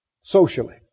Socially